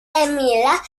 emila